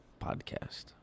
podcast